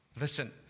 Listen